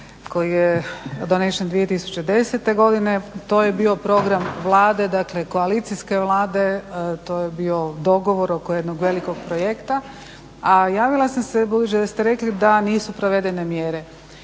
koji je donesen 2010.godine, to je bio program vlade koalicijske vlade to je bio dogovor oko jednog velikog projekta. A javila sam se budući da ste rekli da nisu provedene mjere.